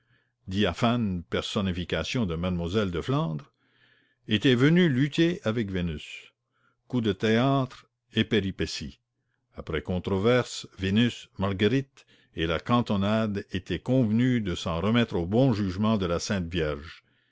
mademoiselle de flandre était venue lutter avec vénus coup de théâtre et péripétie après controverse vénus marguerite et la cantonade étaient convenues de s'en remettre au bon jugement de la sainte vierge